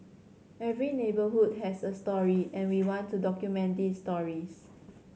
every neighbourhood has a story and we want to document these stories